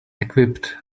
equipped